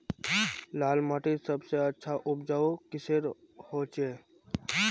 लाल माटित सबसे अच्छा उपजाऊ किसेर होचए?